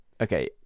Okay